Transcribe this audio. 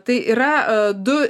tai yra du